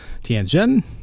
Tianjin